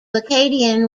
akkadian